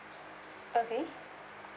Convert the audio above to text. okay